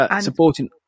Supporting